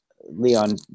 Leon